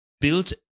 built